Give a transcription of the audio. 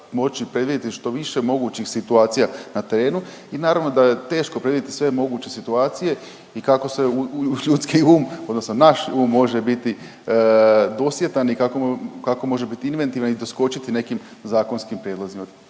moći predvidjeti što više mogućih situacija na terenu i naravno da je teško predvidjeti sve moguće situacije i kako se u ljudski um odnosno naš um može biti dosjetan i kako može biti inventivan i doskočiti nekim zakonskim prijedlozima.